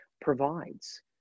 provides